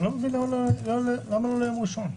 אני לא מבין למה לא ליום ראשון.